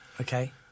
Okay